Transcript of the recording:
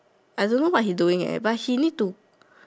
I don't know what he doing leh but he need to